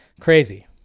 Crazy